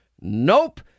Nope